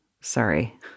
Sorry